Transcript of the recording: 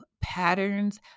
patterns